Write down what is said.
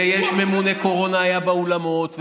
וממונה קורונה היה באולמות.